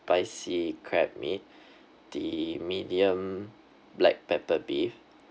spicy crab meat the medium black pepper beef